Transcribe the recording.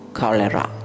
Cholera